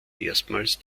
erstmals